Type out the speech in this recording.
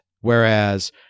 Whereas